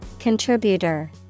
Contributor